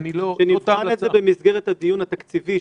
שנבחן את זה במסגרת הדיון התקציבי.